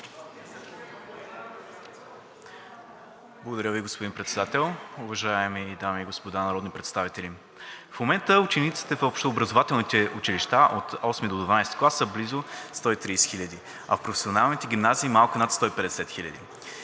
Благодаря Ви, господин Председател. Уважаеми дами и господа народни представители, в момента учениците в общообразователните училища от VIII до ХII клас са близо 130 хиляди, а в професионалните гимназии – малко над 150 хиляди.